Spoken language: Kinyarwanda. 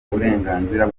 uburenganzira